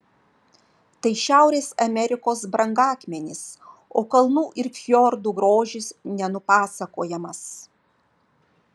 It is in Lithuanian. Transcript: tai šiaurės amerikos brangakmenis o kalnų ir fjordų grožis nenupasakojamas